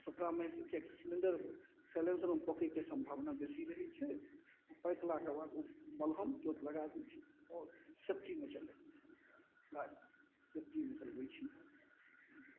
Soframycin किएककि cylinder साइलेंसरमे पकयके सम्भावना बेसी रहय छै पाकि गेलाके बाद उ मलहम तुरत लगा दै छियै आओर सेफ्टीमे चलल गाड़ी सेफ्टीमे चलबय छी